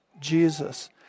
Jesus